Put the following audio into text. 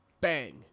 Bang